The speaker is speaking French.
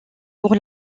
pour